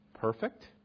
perfect